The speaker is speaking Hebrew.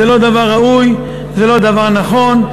זה לא דבר ראוי, זה לא דבר נכון.